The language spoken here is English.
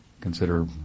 Consider